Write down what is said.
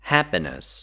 Happiness